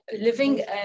living